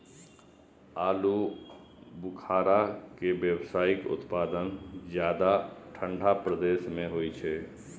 आलू बुखारा के व्यावसायिक उत्पादन ज्यादा ठंढा प्रदेश मे होइ छै